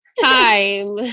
time